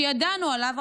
שידענו עליו,